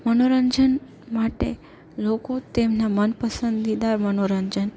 મનોરંજન માટે લોકો તેમનાં મનપસંદીદા મનોરંજન